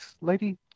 Lady